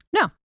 No